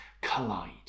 Collide